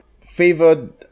favored